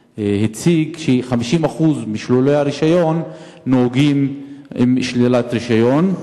הציג, 50% ממשוללי הרשיון נוהגים בשלילת רשיון.